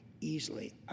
easily